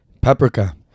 Paprika